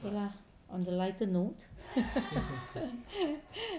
okay lah on the lighter note